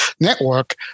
network